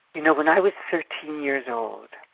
you know, when i was thirteen years old,